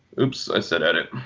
oops, i said edit.